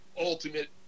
ultimate